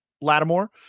Lattimore